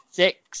six